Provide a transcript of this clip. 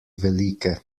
velike